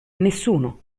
nessuno